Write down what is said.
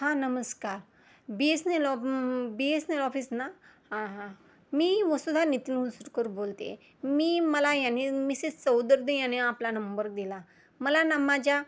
हां नमस्कार B S N L ऑफ B S N L office ना हां हां मी वसुधा नितीन उलसुटकर बोलते आहे मी मला याने मिसेस चौधरीने याने आपला नंबर दिला मला ना माझ्या